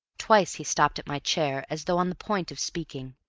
twice he stopped at my chair as though on the point of speaking,